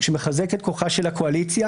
שמחזק את כוחה של הקואליציה